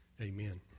amen